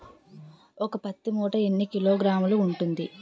ఒక పత్తి మూట ఎన్ని కిలోగ్రాములు ఉంటుంది?